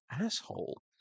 Asshole